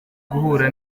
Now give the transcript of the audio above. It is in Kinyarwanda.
guhura